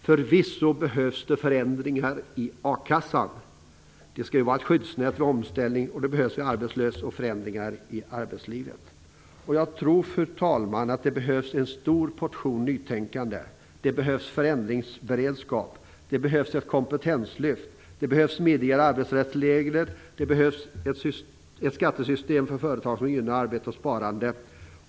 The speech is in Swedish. Förvisso behövs det förändringar i a-kassan. Den skall vara ett skyddsnät vid omställning, och den behövs vid arbetslöshet och förändringar i arbetslivet. Jag tror, fru talman, att det behövs en stor portion nytänkande. Det behövs förändringsberedskap. Det behövs ett kompetenslyft. Det behövs smidigare arbetsrättsregler. Det behövs ett skattesystem för företag som gynnar arbete och sparande.